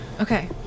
Okay